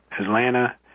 Atlanta